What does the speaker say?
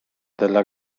della